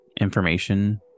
information